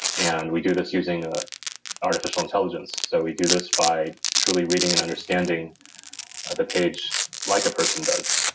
and we do this using ah artificial intelligence. so we do this by truly reading and understanding the page like a person does,